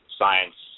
science